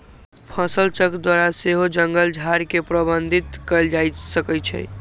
फसलचक्र द्वारा सेहो जङगल झार के प्रबंधित कएल जा सकै छइ